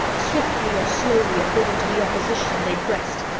swiftly or slowly according to the opposition they breast,